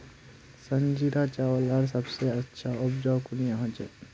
संजीरा चावल लार सबसे अच्छा उपजाऊ कुनियाँ होचए?